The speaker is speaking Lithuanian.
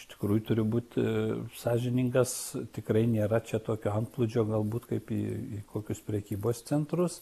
iš tikrųjų turiu būt sąžiningas tikrai nėra čia tokio antplūdžio galbūt kaip į į kokius prekybos centrus